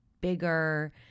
bigger